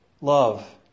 love